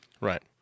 Right